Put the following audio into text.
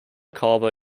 cava